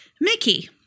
Mickey